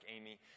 Amy